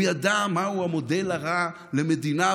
הוא ידע מהו המודל הרע למדינה,